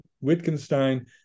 Wittgenstein